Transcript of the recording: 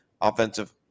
offensive